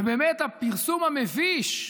באמת, הפרסום מביש.